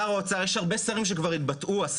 הרבה שרים שכבר התבטאו בעניין,